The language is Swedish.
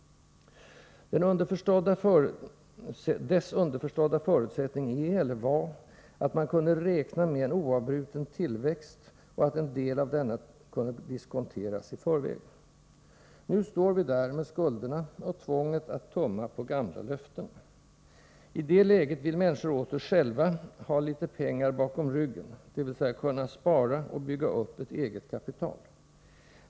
Dess underförstådda förutsättning är —- eller var — att man kunde räkna med en oavbruten tillväxt och att en del av denna kunde diskonteras i förväg. Nu står vi där med skulderna — och tvånget att tumma på gamla löften. I det läget vill människor åter själva ”ha litet pengar bakom ryggen”, dvs. kunna spara och bygga upp ett eget kapital.